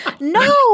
No